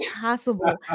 possible